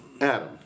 Adam